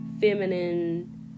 feminine